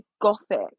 gothic